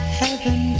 heaven